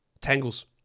Tangles